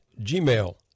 gmail